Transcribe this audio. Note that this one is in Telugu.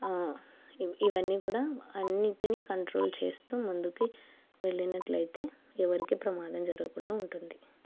ఇవన్నీ కూడా అన్నింటినీ కంట్రోల్ చేస్తు ముందుకి వెళ్ళినట్టు అయితే ఎవరికి ప్రమాదం జరగకుండా ఉంటుంది